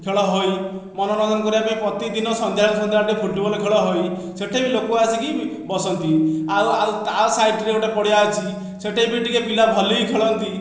ଖେଳ ହୁଏ ମନୋରଞ୍ଜନ କରିବା ପାଇଁ ପ୍ରତିଦିନ ସନ୍ଧ୍ୟାରେ ସନ୍ଧ୍ୟାବେଳେ ଟିକେ ଫୁଟବଲ ଖେଳ ହୁଏ ସେଠି ବି ଲୋକ ଆସିକି ବସନ୍ତି ଆଉ ଆଉ ତା ସାଇଡ଼ରେ ଗୋଟେ ପଡିଆ ଅଛି ସେ'ଠେ ବି ଟିକିଏ ପିଲା ଭଲି ଖେଳନ୍ତି